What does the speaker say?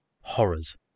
Horrors